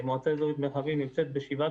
מועצה אזורית מרחבים נמצאת במרחק שבעה